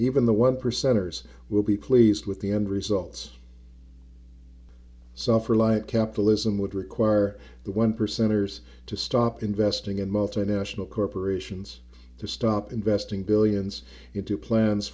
even the one percenters will be pleased with the end results suffer like capitalism would require the one percenters to stop investing in multinational corporations to stop investing billions into plans